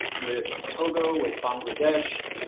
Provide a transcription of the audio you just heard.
with togo, with bangladesh,